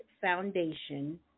foundation